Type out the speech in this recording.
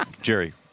Jerry